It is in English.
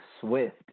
swift